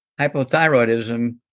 hypothyroidism